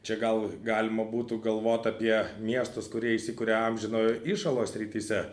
čia gal galima būtų galvot apie miestus kurie įsikuria amžinojo įšalo srityse